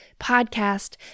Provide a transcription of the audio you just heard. podcast